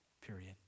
Period